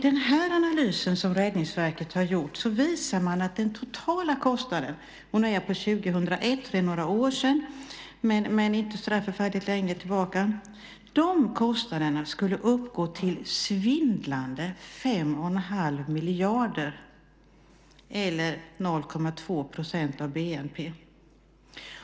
Den analysen visar att den totala kostnaden 2001 - det är några år sedan, men inte så många - var svindlande 5 1⁄2 miljarder, eller 0,2 % av BNP.